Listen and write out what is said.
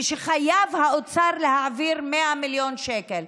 ושחייב האוצר להעביר 100 מיליון שקל.